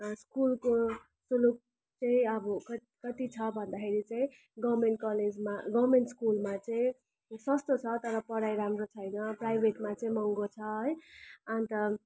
स्कुलको शुल्क चाहिँ अब कत् कति छ भन्दाखेरि चाहिँ गभर्नमेन्ट कलेजमा गभर्नमेन्ट स्कुलमा चाहिँ सस्तो छ तर पढाइ राम्रो छैन प्राइभेटमा चाहिँ महँगो छ है अन्त